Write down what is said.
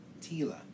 Tila